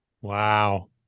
Wow